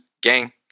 gang